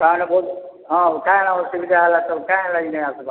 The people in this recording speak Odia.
କା'ଣା ହଁ କା'ଣା ହେଲା ଅସୁବିଧା ହେଲା ତୋର୍ କାଏଁ ହେଲାଯେ ନାଇ ଆସ୍ବାର୍